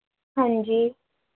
ਹਾਂਜੀ